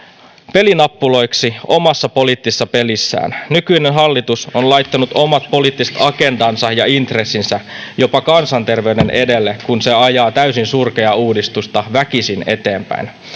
pelinappuloiksi omassa poliittisessa pelissään nykyinen hallitus on laittanut omat poliittiset agendansa ja intressinsä jopa kansanterveyden edelle kun se ajaa täysin surkeaa uudistusta väkisin eteenpäin